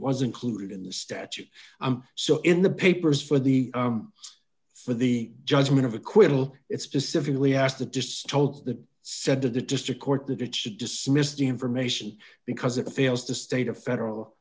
was included in the statute i'm so in the papers for the for the judgment of acquittal it's specifically asked the just told that said to the district court that it should dismiss the information because it fails to state a federal